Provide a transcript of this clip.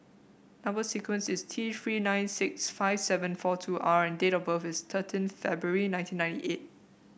number sequence is T Three nine six five seven four two R and date of birth is thirteen February nineteen ninety eight